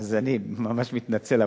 אז אני ממש מתנצל,